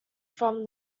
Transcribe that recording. from